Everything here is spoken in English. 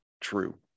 true